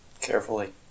Carefully